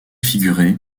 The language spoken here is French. figuré